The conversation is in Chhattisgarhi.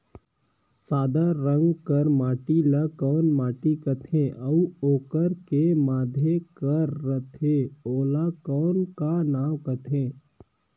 सादा रंग कर माटी ला कौन माटी सकथे अउ ओकर के माधे कर रथे ओला कौन का नाव काथे?